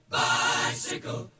bicycle